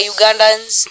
Ugandans